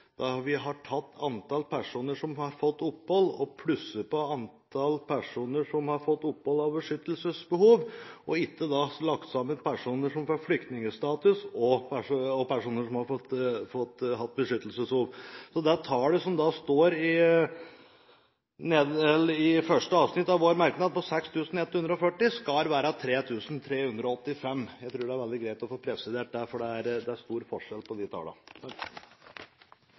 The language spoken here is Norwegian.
da vi har tatt antall personer som har fått opphold og plusset på antall personer som har fått opphold på grunn av beskyttelsesbehov – og ikke lagt sammen personer som får flyktningstatus og personer som har hatt beskyttelsesbehov. Så det tallet som står i første avsnitt av vår merknad på 6 140, skal være 3 385. Jeg tror det er veldig greit å få presisert det, for det er stor forskjell på de